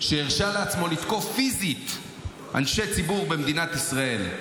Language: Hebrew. שהרשה לעצמו לתקוף פיזית אנשי ציבור במדינת ישראל.